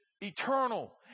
eternal